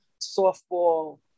softball